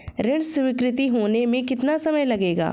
ऋण स्वीकृत होने में कितना समय लगेगा?